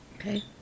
Okay